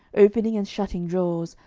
opening and shutting drawers,